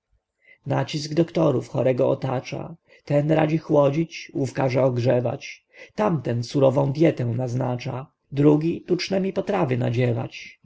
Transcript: nacisk doktorów chorego otacza ten radzi chłodzić ów każe ogrzewać tamten surową dyetę naznacza drugi tucznemi potrawy nadziewać